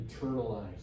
internalized